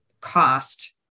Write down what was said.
cost